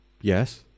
Yes